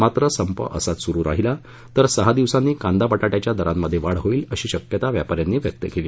मात्र संप असाच सुरू राहिला तर सहा दिवसांनी कांदा बटाट्याचा दरांमध्ये वाढ होईल अशी शक्यता व्यापा यांनी व्यक्त केली